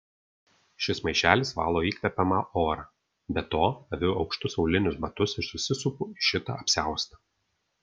šis maišelis valo įkvepiamą orą be to aviu aukštus aulinius batus ir susisupu į šitą apsiaustą